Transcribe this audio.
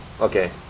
okay